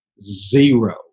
zero